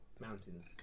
Mountains